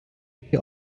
peki